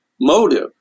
motive